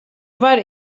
vari